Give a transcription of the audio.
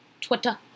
Twitter